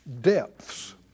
depths